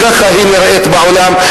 ככה היא נראית בעולם,